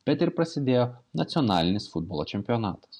bet ir prasidėjo nacionalinis futbolo čempionatas